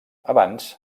abans